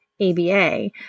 ABA